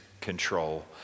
control